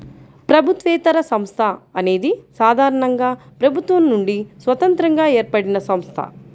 ప్రభుత్వేతర సంస్థ అనేది సాధారణంగా ప్రభుత్వం నుండి స్వతంత్రంగా ఏర్పడినసంస్థ